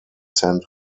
sent